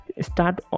start